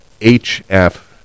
HF